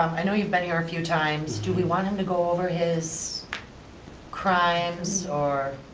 i know you been here a few times, do we want him to go over his crimes or.